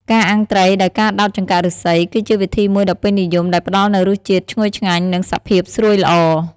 ការអាំងត្រីដោយការដោតចង្កាក់ឫស្សី គឺជាវិធីមួយដ៏ពេញនិយមដែលផ្តល់នូវរសជាតិឈ្ងុយឆ្ងាញ់ និងសភាពស្រួយល្អ។